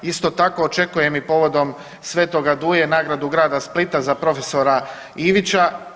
Isto tako očekujem i povodom svetoga Duje nagradu grada Splita za profesora Ivića.